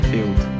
Field